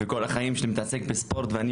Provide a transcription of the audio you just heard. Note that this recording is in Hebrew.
כל החיים אני מתעסק בספורט ואני